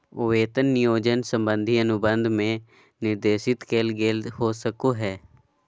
वेतन नियोजन संबंधी अनुबंध में निर्देशित कइल गेल हो सको हइ